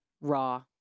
raw